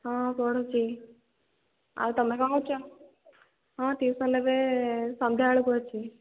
ହଁ ପଢ଼ୁଛି ଆଉ ତମେ କ'ଣ କରୁଛ ହଁ ଟ୍ୟୁସନ୍ ଏବେ ସନ୍ଧ୍ୟାବେଳେ କରୁଛି